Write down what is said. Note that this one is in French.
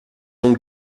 ont